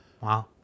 Wow